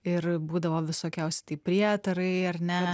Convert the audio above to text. ir būdavo visokiausi tai prietarai ar ne